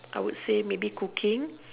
I would say maybe cooking